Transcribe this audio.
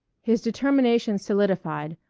his determination solidified,